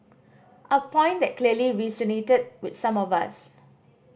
a point that clearly resonated with some of us